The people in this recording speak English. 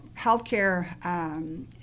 healthcare